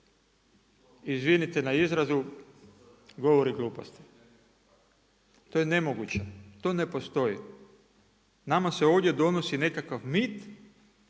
izvinite na izrazu, govori gluposti. To je nemoguće, to ne postoji. Nama se ovdje donosi nekakav mit,